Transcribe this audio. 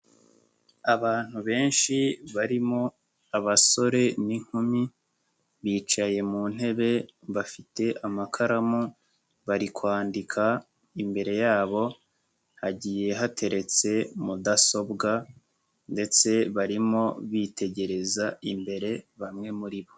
Abantu benshi barimo abasore n'inkumi bicaye mu ntebe bafite amakaramu bari kwandika, imbere yabo hagiye hateretse mudasobwa ndetse barimo bitegereza imbere bamwe muri bo.